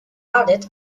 added